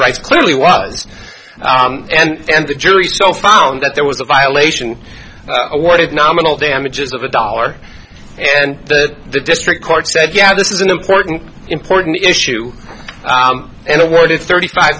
rights clearly was and the jury so found that there was a violation awarded nominal damages of a dollar and the the district court said yeah this is an important important issue and awarded thirty five